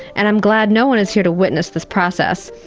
and i'm glad no one is here to witness this process.